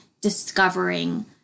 discovering